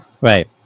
right